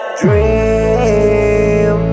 dream